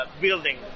building